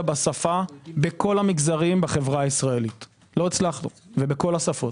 בשפה בכל המגזרים בחברה הישראלית ובכל השפות.